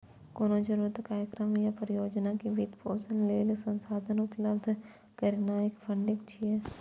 कोनो जरूरत, कार्यक्रम या परियोजना के वित्त पोषण लेल संसाधन उपलब्ध करेनाय फंडिंग छियै